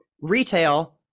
retail